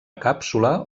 càpsula